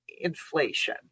inflation